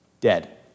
dead